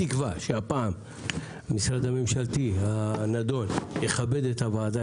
התקווה היא שהפעם המשרד הממשלתי הנדון יכבד את הוועדה,